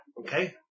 Okay